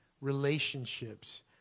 relationships